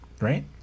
Right